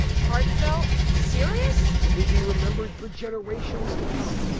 heartfelt, serious? would they be remembered for generations to come?